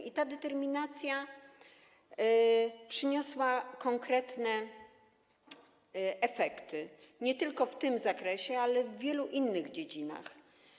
I ta determinacja przyniosła konkretne efekty, nie tylko w tym zakresie, ale i w wielu innych dziedzinach.